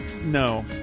No